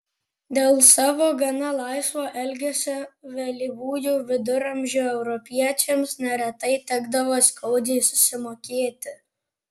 dėl savo gana laisvo elgesio vėlyvųjų viduramžių europiečiams neretai tekdavo skaudžiai susimokėti